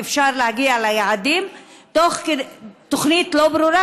אפשר להגיע ליעדים תוך כדי תוכנית לא ברורה,